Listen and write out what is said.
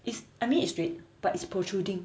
it's I mean it's straight but it's protruding